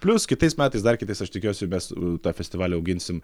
plius kitais metais dar kitais aš tikiuosi mes tą festivalį auginsim